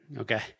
Okay